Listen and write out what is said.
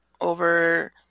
over